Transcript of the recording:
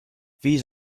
these